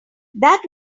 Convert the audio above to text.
that